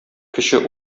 кече